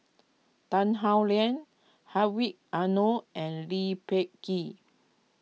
Tan Howe Liang Hedwig Anuar and Lee Peh Gee